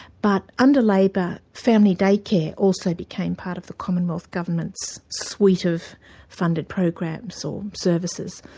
but under labor, family day care also became part of the commonwealth government's suite of funded programs, or services.